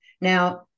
Now